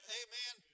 amen